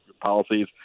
policies